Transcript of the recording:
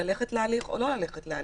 ללכת להליך או לא ללכת להליך.